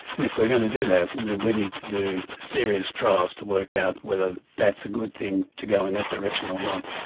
and if we are going to do that we need to do serious trials to work out whether that's a good thing, to go in that direction or not.